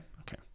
Okay